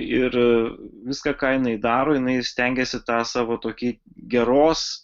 ir viską ką jinai daro jinai stengiasi tą savo tokį geros